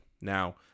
Now